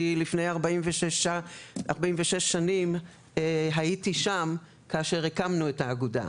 כי לפני 46 שנים הייתי שם כאשר הקמנו את האגודה,